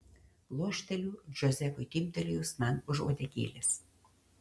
lošteliu džozefui timptelėjus man už uodegėlės